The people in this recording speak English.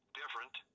different